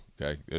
Okay